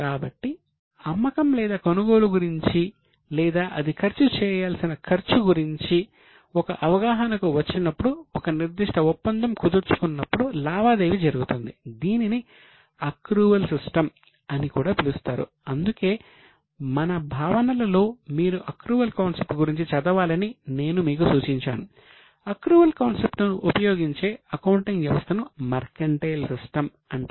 కాబట్టి అమ్మకం లేదా కొనుగోలు గురించి లేదా అది ఖర్చు చేయాల్సిన ఖర్చు గురించి ఒక అవగాహనకు వచ్చినప్పుడు ఒక నిర్దిష్ట ఒప్పందం కుదుర్చుకున్నప్పుడు లావాదేవీ జరుగుతుంది దీనిని అక్రూవల్ సిస్టమ్ అంటారు